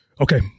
okay